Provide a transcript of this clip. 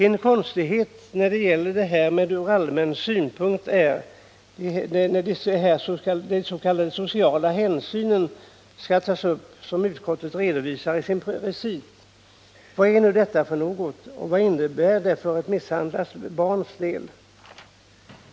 En konstighet när det gäller det här med ”ur allmän synpunkt” är de s.k. sociala hänsyn som skall tas och som utskottet också redovisar i sin recit. Vad är nu det för något, och vad innebär det för ett misshandlat barns del?